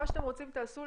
מה שאתם רוצים תעשו.